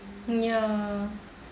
ya